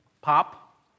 pop